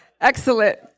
Excellent